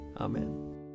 Amen